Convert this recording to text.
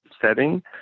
setting